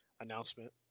announcement